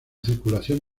circulación